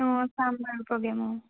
অঁ চাম বাৰু প্ৰ'গেম অঁ